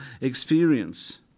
experience